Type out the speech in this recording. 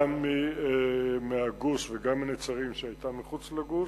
גם מהגוש וגם מנצרים, שהיתה מחוץ לגוש,